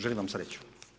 Želim vam sreću.